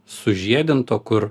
sužiedinto kur